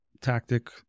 tactic